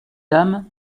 dames